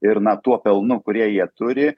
ir na tuo pelnu kurie jie turi